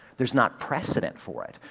there's not precedent for it.